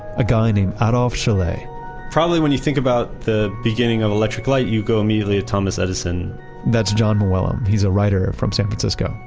a guy named adolphe chaillet probably when you think about the beginning of electric light, you go immediately to thomas edison that's jon mooallem. he's a writer from san francisco.